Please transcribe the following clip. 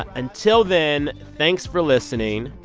until then, thanks for listening.